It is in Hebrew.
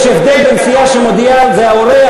יש הבדל בין סיעה שמודיעה: זה האורח